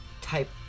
type